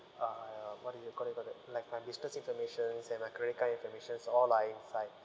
uh what do you call it call that like my business informations and my credit card informations all are inside